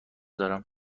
دارم